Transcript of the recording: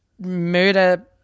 murder